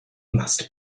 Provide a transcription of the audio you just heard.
must